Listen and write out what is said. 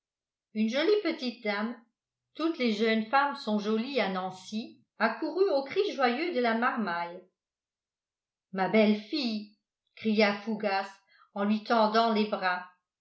une jolie petite dame toutes les jeunes femmes sont jolies à nancy accourut aux cris joyeux de la marmaille ma belle-fille cria fougas en lui tendant les bras